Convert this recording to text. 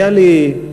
היה לי,